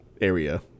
area